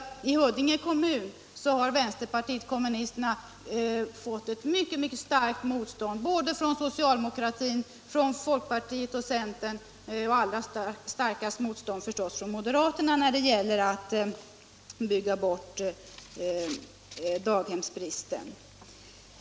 I Huddinge kommun har vänsterpartiet kommunisterna — Om utbyggnaden av mött ett mycket starkt motstånd från socialdemokratin, från folkpartiet — barnomsorgen och centern och, allra starkast förstås, från moderaterna när det gällt att bygga bort daghemsbristen.